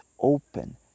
open